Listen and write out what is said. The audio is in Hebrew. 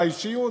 האישיות,